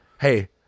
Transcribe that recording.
Hey